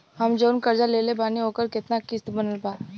हम जऊन कर्जा लेले बानी ओकर केतना किश्त बनल बा?